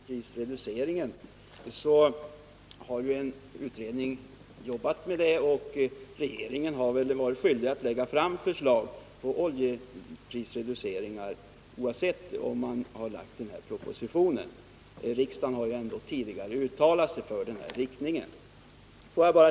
Herr talman! Jag vill helt kort säga till herr Hallenius att en utredning har jobbat med oljeprisreduceringen, och regeringen har varit skyldig att lägga fram förslag till oljeprisreduceringar oavsett om man hade lagt fram propositionen eller inte. Riksdagen har tidigare uttalat sig för den här inriktningen.